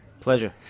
Pleasure